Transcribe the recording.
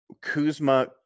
Kuzma